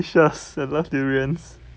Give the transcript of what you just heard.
delicious I love durians